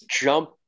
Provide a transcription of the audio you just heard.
jump